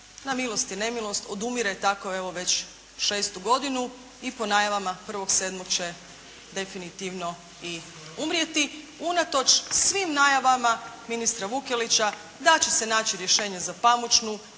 na milost i nemilost, odumire tako evo već šestu godinu i po najavama 1.7. će definitivno i umrijeti unatoč svim najavama ministra Vukelića da će se naći rješenje za pamučnu,